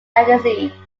agency